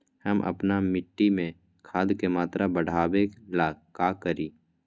हम अपना मिट्टी में खाद के मात्रा बढ़ा वे ला का करी?